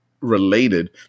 related